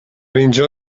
اینجا